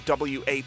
wap